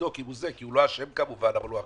כי הוא לא אשם כמובן אבל הוא אחראי.